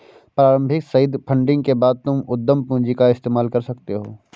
प्रारम्भिक seed funding के बाद तुम उद्यम पूंजी का इस्तेमाल कर सकते हो